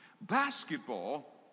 Basketball